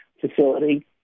facility